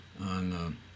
on